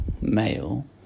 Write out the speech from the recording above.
male